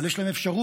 אבל יש להם אפשרות,